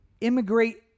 immigrate